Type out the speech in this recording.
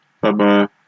Bye-bye